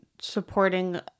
supporting